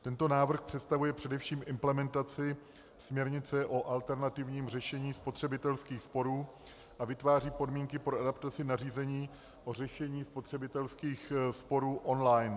Tento návrh představuje především implementaci směrnice o alternativním řešení spotřebitelských sporů a vytváří podmínky pro adaptaci nařízení a řešení spotřebitelských sporů online.